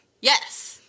Yes